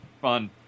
fun